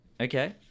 Okay